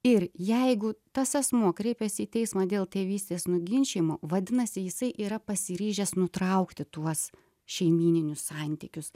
ir jeigu tas asmuo kreipiasi į teismą dėl tėvystės nuginčijimo vadinasi jisai yra pasiryžęs nutraukti tuos šeimyninius santykius